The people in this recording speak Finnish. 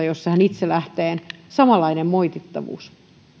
jossa hän itse lähtee samanlainen moitittavuus